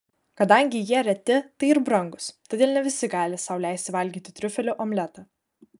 kadangi jie reti tai ir brangūs todėl ne visi gali sau leisti valgyti triufelių omletą